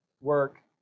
work